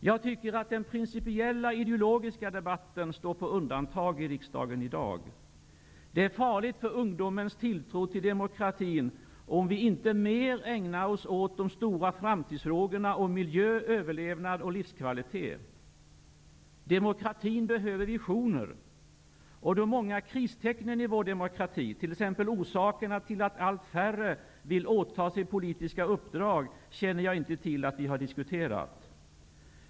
Jag tycker att den principiella och ideologiska debatten står på undantag i riksdagen i dag. Det är farligt för ungdomens tilltro till demokratin om vi inte mer ägnar oss åt de stora framtidsfrågorna om miljö, överlevnad och livskvalitet. Demokratin behöver visioner. De många kristecknen i vår demokrati, t.ex. orsakerna till att allt färre vill åta sig politiska uppdrag, känner jag inte till att vi har diskuterat.